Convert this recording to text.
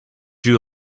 you